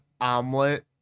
omelet